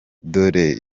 dore